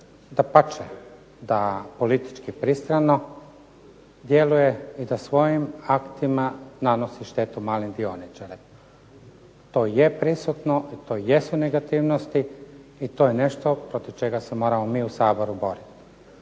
dapače da politički pristrano djeluje i da svojim aktima nanosi štetu za male dioničare. To je prisutno i to jesu negativnosti i to je nešto protiv čega se moramo mi u Saboru boriti.